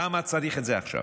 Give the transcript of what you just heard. למה צריך את זה עכשיו?